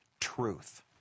truth